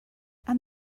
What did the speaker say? and